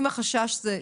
אם החשש הוא,